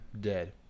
dead